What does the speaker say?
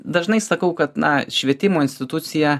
dažnai sakau kad na švietimo institucija